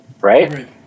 right